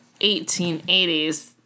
1880s